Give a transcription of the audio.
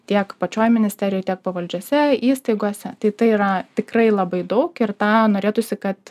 tiek pačioj ministerijoj tiek pavaldžiose įstaigose tai tai yra tikrai labai daug ir tą norėtųsi kad